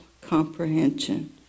comprehension